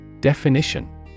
DEFINITION